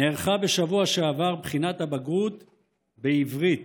נערכה בשבוע שעבר בחינת הבגרות בעברית.